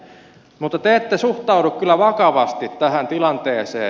mutta te ette suhtaudu kyllä vakavasti tähän tilanteeseen